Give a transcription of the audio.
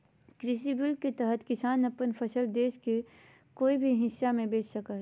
कृषि बिल के तहत किसान अपन फसल देश के कोय भी हिस्सा में बेच सका हइ